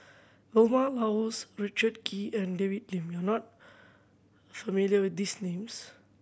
Vilma Laus Richard Kee and David Lim you are not familiar with these names